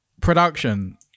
production